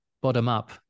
bottom-up